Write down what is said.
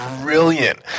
brilliant